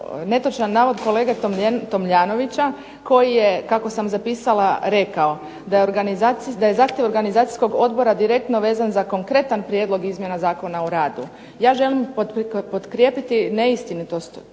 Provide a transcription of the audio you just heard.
netočan navod kolege Tomljanovića koji je kako sam zapisala rekao, da je zahtjev organizacijskog odbora direktno vezan za konkretan prijedlog izmjena Zakona o radu. Ja želim potkrijepiti neistinitost